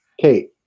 Kate